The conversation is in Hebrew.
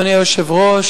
אדוני היושב-ראש,